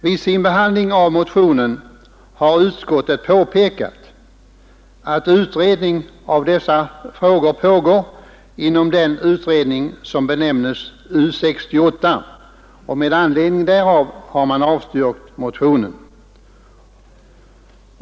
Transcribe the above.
Vid sin behandling av motionen har utskottet påpekat att utredning av dessa frågor pågår inom den utredning som benämns U 68, och med anledning därav har man avstyrkt motionen.